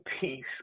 peace